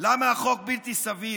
למה החוק בלתי סביר,